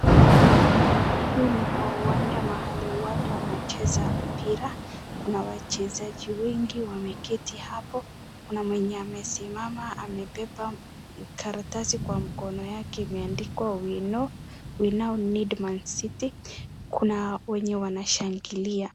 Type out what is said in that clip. Hii ni kwa uwanja mahali watu wanacheza mpira, kuna wachezaji wengi wameketi hapo kuna mwenye amesimama amebeba karatasi kwa mkono yake imeandikwa we know we now need mancity .Kuna wenye wanashangilia.